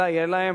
אלא יהיו להם